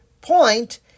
point